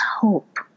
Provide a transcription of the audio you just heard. hope